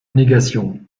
négation